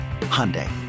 Hyundai